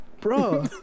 Bro